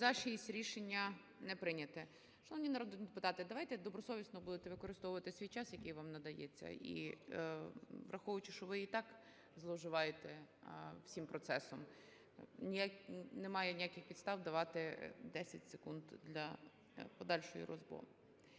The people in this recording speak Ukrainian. За-6 Рішення не прийнято. Шановні народні депутати, давайте добросовісно будете використовувати свій час, який вам надається, і враховуючи, що ви і так зловживаєте всім процесом, немає ніяких підстав давати 10 секунд для подальшої…